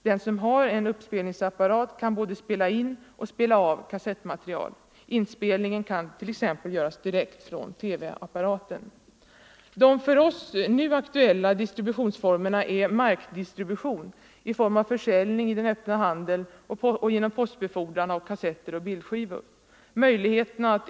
Den som har en uppspelningsapparat kan både spela Onsdagen den in och spela av kassettmaterial. Inspelningen kan t.ex. göras direkt från 20 november.1974 TV-apparaten. De för oss nu aktuella distributionsformerna är markdistribution i form - Rundradiooch av försäljning i öppna handeln och genom postbefordran av kassetter — andra massmedieoch bildskivor.